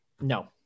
no